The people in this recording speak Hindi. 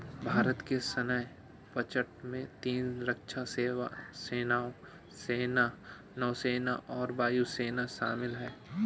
भारत के सैन्य बजट में तीन रक्षा सेवाओं, सेना, नौसेना और वायु सेना शामिल है